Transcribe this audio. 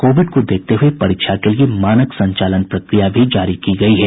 Covid को देखते हुये परीक्षा के लिए मानक संचालन प्रक्रिया जारी की गयी है